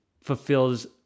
fulfills